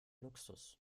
luxus